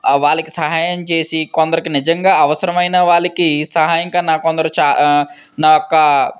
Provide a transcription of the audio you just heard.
వాళ్ళకి సహాయం చేసి కొందరికి నిజంగా అవసరమైన వాళ్ళకి సహాయంకన్నా కొందరికి చా నా యొక్క